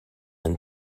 and